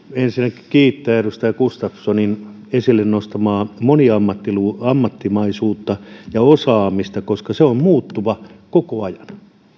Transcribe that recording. ensinnäkin kiittää edustaja gustafssonin esille nostamaa moniammattimaisuutta moniammattimaisuutta ja osaamista koska se on muuttuva koko ajan